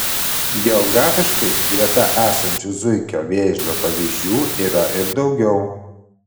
geografiškai greta esančių zuikio vėžlio pavyzdžių yra ir daugiau